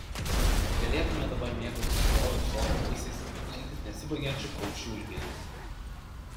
o galėtumėme dabar mėgautis rojaus sodo vaisiais ir klausytis nesibaigiančių paukščių ulbėjimų